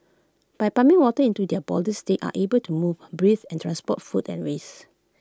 by pumping water into their bodies they are able to move breathe and transport food and waste